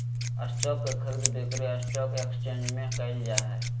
stock के खरीद बिक्री स्टॉक एकसचेंज में क़इल जा हइ